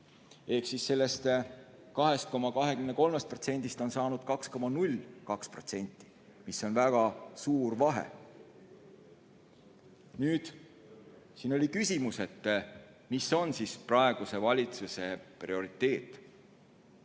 Ehk sellest 2,23%‑st on saanud 2,02%, mis on väga suur vahe. Siin oli küsimus, mis on praeguse valitsuse prioriteet.